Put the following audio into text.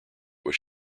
was